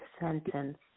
sentence